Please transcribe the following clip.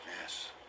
Yes